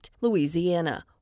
Louisiana